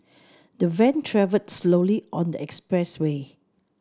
the van travelled slowly on the expressway